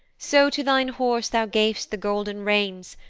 so to thine horse thou gav'st the golden reins,